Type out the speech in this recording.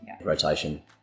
Rotation